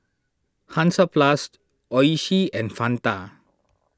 Hansaplast Oishi and Fanta